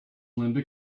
linda